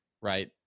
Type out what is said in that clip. right